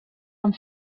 amb